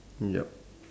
yup